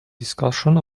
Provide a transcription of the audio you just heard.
discussion